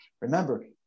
Remember